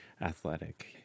athletic